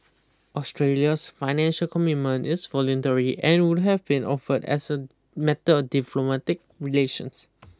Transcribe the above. Australia's financial commitment is voluntary and would have been offered as a matter of diplomatic relations